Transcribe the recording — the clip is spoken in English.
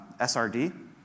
SRD